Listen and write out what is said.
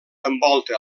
envolta